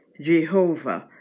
Jehovah